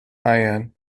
ion